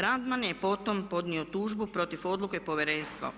Radman je potom podnio tužbu protiv odluke Povjerenstva.